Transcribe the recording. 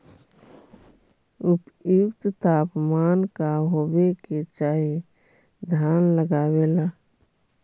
उपयुक्त तापमान का होबे के चाही धान लगावे ला?